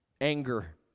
anger